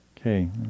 Okay